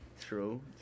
True